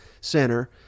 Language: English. center